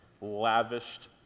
lavished